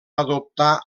adoptar